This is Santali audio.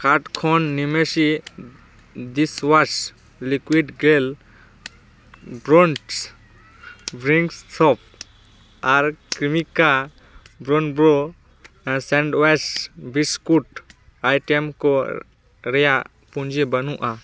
ᱠᱟᱨᱚᱴ ᱠᱷᱚᱱ ᱱᱤᱢᱮᱥᱤ ᱫᱤᱥᱣᱟᱥ liquid gel brands brick soap ᱟᱨ Cremica bourbon sandwich biscuit item ᱠᱚ ᱨᱮᱭᱟᱜ ᱯᱩᱸᱡᱤ ᱵᱟᱱᱩᱜᱼᱟ